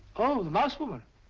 oh, the mouse woman.